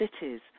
cities